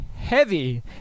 Heavy